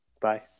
Bye